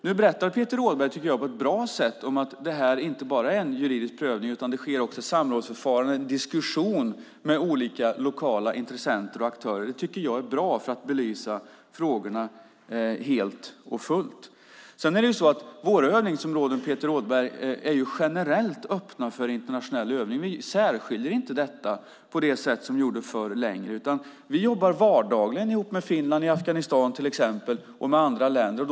Nu berättar Peter Rådberg på ett bra sätt att detta inte bara är en juridisk prövning utan att det också sker ett samrådsförfarande och en diskussion med olika lokala intressenter och aktörer för att belysa frågorna helt och fullt. Det tycker jag är bra. Våra övningsområden, Peter Rådberg, är generellt öppna för internationell övning. Vi särskiljer dem inte längre på det sätt som vi gjorde förr. Vi jobbar dagligen ihop med Finland och andra länder i Afghanistan, till exempel.